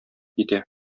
китә